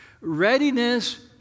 readiness